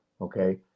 okay